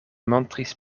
montris